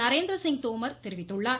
நரேந்திரசிங் தோமர் தெரிவித்துள்ளார்